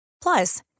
Plus